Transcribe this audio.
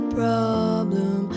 problem